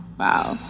Wow